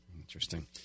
interesting